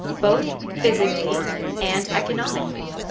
both physically and economically.